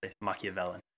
machiavellian